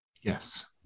Yes